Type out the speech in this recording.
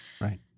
Right